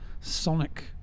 sonic